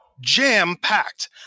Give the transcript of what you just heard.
jam-packed